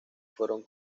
fueron